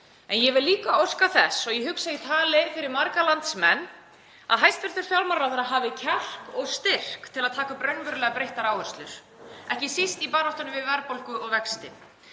En ég vil líka óska þess, og ég hugsa að ég tali fyrir marga landsmenn, að hæstv. fjármálaráðherra hafi kjark og styrk til að taka upp raunverulega breyttar áherslur, ekki síst í baráttunni við verðbólgu og vexti.